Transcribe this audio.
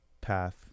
path